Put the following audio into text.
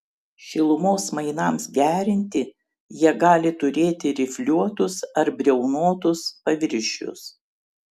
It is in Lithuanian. šilumos mainams gerinti jie gali turėti rifliuotus ar briaunotus paviršius